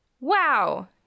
Wow